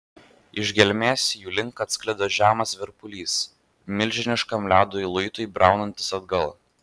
iš gelmės jų link atsklido žemas virpulys milžiniškam ledo luitui braunantis atgal